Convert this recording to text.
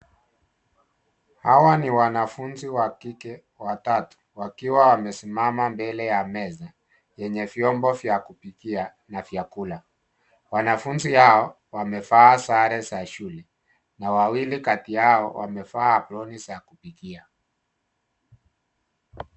Hawa ni wanafunzi wa kike watatu wakiwa wamesimama mbele ya meza yeye vyombo vya kupikia na vyakula. Wanafunzi hao wamevaa sare za shule na wawili kati yao wamevaa aproni za kupikia.